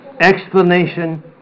explanation